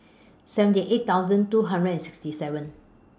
seventy eight thousand two hundred and sixty seven